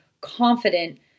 confident